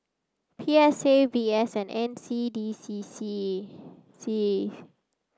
P S A V S and N C D C C C